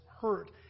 hurt